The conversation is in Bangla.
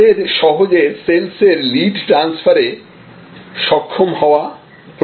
তাদের সহজে সেলস্ এর লিড ট্রান্সফারে সক্ষম হওয়া প্রয়োজন